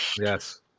Yes